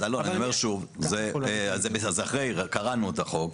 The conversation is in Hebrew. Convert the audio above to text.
אז, אלון, אני אומר שוב, זה אחרי, קראנו את החוק.